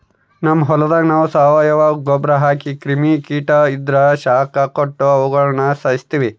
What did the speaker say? ನಮ್ ಹೊಲದಾಗ ನಾವು ಸಾವಯವ ಗೊಬ್ರ ಹಾಕಿ ಕ್ರಿಮಿ ಕೀಟ ಇದ್ರ ಶಾಖ ಕೊಟ್ಟು ಅವುಗುಳನ ಸಾಯಿಸ್ತೀವಿ